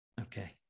Okay